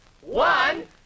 one